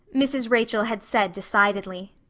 mrs. rachel had said decidedly,